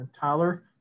Tyler